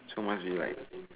so much you like